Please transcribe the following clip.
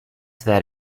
that